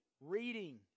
Reading